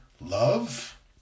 love